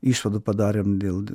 išvadų padarėm dėl